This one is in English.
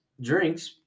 drinks